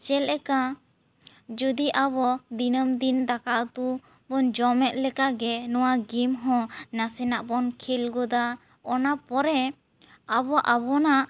ᱪᱮᱫ ᱞᱮᱠᱟ ᱡᱩᱫᱤ ᱟᱵᱚ ᱫᱤᱱᱟᱹᱢ ᱫᱤᱱ ᱫᱟᱠᱟ ᱩᱛᱩ ᱵᱚᱱ ᱡᱚᱢ ᱮᱫ ᱞᱮᱠᱟ ᱜᱮ ᱱᱚᱣᱟ ᱜᱮᱢ ᱦᱚᱸ ᱱᱟᱥᱮᱱᱟᱜ ᱵᱚᱱ ᱠᱷᱮᱞ ᱜᱚᱫᱟ ᱚᱱᱟ ᱯᱚᱨᱮ ᱟᱵᱚ ᱟᱵᱚᱱᱟᱜ